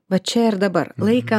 va čia ir dabar laiką